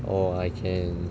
or I can